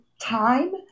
time